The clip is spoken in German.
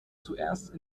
zuerst